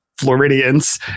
Floridians